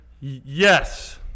yes